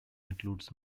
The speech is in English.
includes